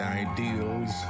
ideals